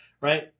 right